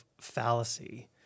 fallacy